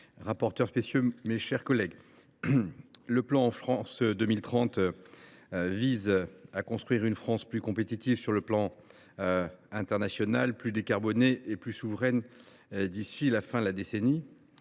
ministre, mes chers collègues, le plan France 2030, vise à construire une France plus compétitive à l’échelle internationale, plus décarbonée et plus souveraine d’ici à la fin de la décennie.